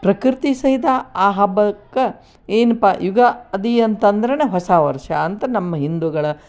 ಪ್ರಕೃತಿ ಸಹಿತ ಆ ಹಬ್ಬಕ್ಕೆ ಏನಪ್ಪಾ ಯುಗಾ ಆದಿ ಅಂತಂದ್ರೇನೇ ಹೊಸ ವರ್ಷ ಅಂತ ನಮ್ಮ ಹಿಂದೂಗಳ